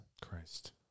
Christ